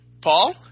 Paul